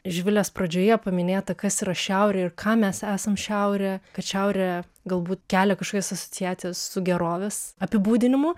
živilės pradžioje paminėtą kas yra šiaurė ir kam mes esam šiaurė kad šiaurė galbūt kelia kažkokias asociacijas su gerovės apibūdinimu